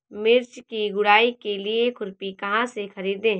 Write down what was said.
मिर्च की गुड़ाई के लिए खुरपी कहाँ से ख़रीदे?